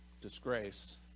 disgrace